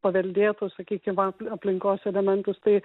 paveldėtus sakykim va aplinkos elementus tai